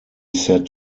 set